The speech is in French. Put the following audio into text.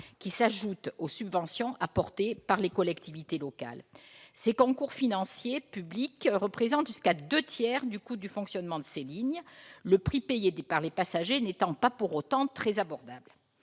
qui s'ajoute aux subventions apportées par les collectivités locales. Ces concours financiers publics représentent jusqu'à deux tiers du coût du fonctionnement de ces lignes, le prix payé par les passagers n'étant pas, pour autant, très abordable.